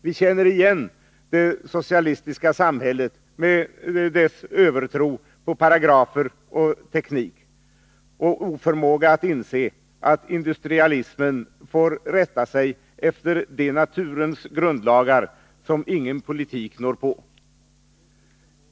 Vi känner igen det socialistiska samhället, med dess övertro på paragrafer och teknik — och oförmåga att inse att industrialismen får rätta sig efter de naturens grundlagar som ingen politik rår på.